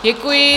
Děkuji.